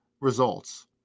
results